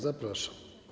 Zapraszam.